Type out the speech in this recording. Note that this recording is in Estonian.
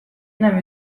enam